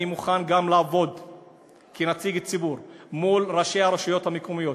אני מוכן גם לעבוד כנציג ציבור מול ראשי הרשויות המקומיות,